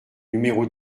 numéro